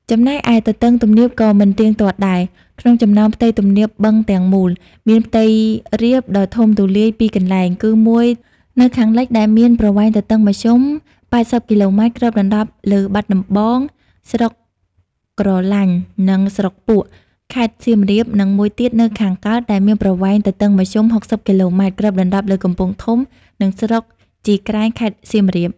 ចំណែកឯទទឹងទំនាបក៏មិនទៀងទាត់ដែរ ក្នុងចំណោមផ្ទៃទំនាបបឹងទាំងមូល មានផ្ទៃរាបដ៏ធំទូលាយពីរកន្លែង គឺមួយនៅខាងលិច ដែលមានប្រវែងទទឹងមធ្យម ៨០ គីឡូម៉ែត្រ គ្របដណ្ដប់លើបាត់ដំបង ស្រុកក្រឡាញ់ និងស្រុកពួក ខេត្តសៀមរាប និងមួយទៀតនៅខាងកើត ដែលមានប្រវែងទទឹងមធ្យម ៦០ គីឡូម៉ែត្រ គ្របដណ្ដប់លើកំពង់ធំ និងស្រុកជីក្រែង ខេត្តសៀមរាប។